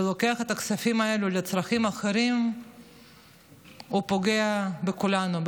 מי שלוקח את הכספים האלה לצרכים אחרים פוגע בכולנו,